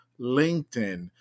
LinkedIn